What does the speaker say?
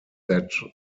that